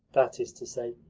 that is to say,